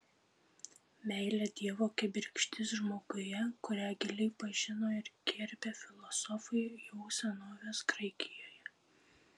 meilė dievo kibirkštis žmoguje kurią giliai pažino ir gerbė filosofai jau senovės graikijoje